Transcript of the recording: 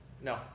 No